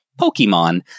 Pokemon